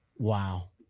Wow